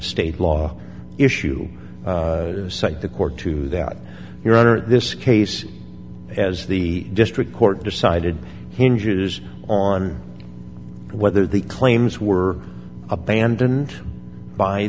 state law issue cite the court to that your honor this case as the district court decided hinges on whether the claims were abandoned by